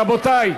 רבותי,